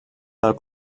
del